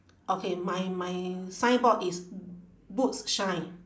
okay my my signboard is boots shine